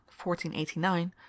1489